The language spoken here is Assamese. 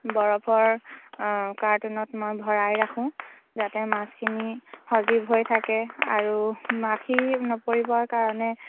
বৰফৰ কাৰ্টুনত মই ভৰাই ৰাখোঁ যাতে মাছখিনি সজীৱ হৈ থাকে আৰু মাখি নপৰিবৰ কাৰণে